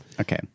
Okay